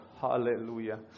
Hallelujah